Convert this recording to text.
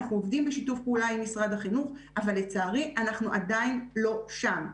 אנחנו עובדים בשיתוף פעולה עם משרד החינוך אבל לצערי אנחנו עדיין לא שם.